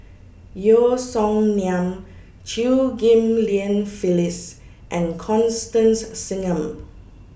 Yeo Song Nian Chew Ghim Lian Phyllis and Constance Singam